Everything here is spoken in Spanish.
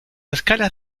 escalas